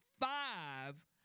five